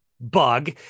bug